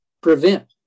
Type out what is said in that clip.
prevent